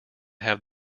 have